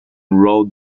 road